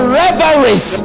reveries